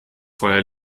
feuer